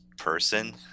person